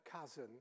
cousin